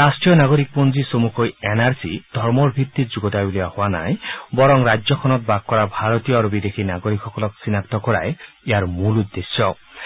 ৰাষ্টীয় নাগৰিকপঞ্জী চমুকৈ এন আৰ চি ধৰ্মৰ ভিত্তিত যুগুতাই উলিওৱা হোৱা নাই বৰং ৰাজ্যখনত বাস কৰা ভাৰতীয় আৰু বিদেশী নাগৰিকসকলক চিনাক্ত কৰাই ইয়াৰ মূল উদ্দেশ্যে